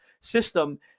System